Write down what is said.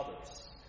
others